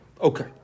Okay